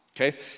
okay